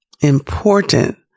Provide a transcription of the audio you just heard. important